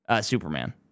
Superman